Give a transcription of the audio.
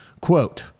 Quote